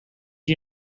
you